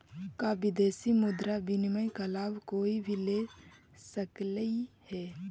का विदेशी मुद्रा विनिमय का लाभ कोई भी ले सकलई हे?